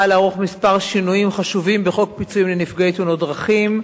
לערוך כמה שינויים חשובים בחוק פיצויים לנפגעי תאונות דרכים,